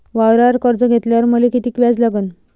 वावरावर कर्ज घेतल्यावर मले कितीक व्याज लागन?